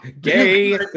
Gay